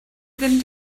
ddim